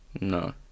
No